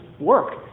work